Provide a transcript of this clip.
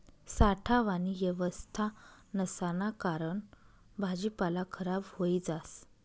साठावानी येवस्था नसाना कारण भाजीपाला खराब व्हयी जास